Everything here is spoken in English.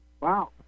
Wow